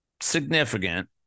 significant